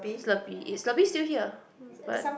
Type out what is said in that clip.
Slurpee is Slurpee still here but